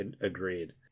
Agreed